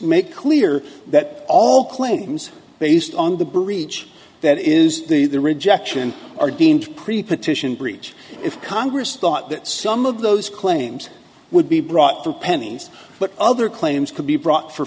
make clear that all claims based on the breach that is the the rejection or deemed pre partition breach if congress thought that some of those claims would be brought to pennies but other claims could be brought for